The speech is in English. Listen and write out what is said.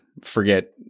Forget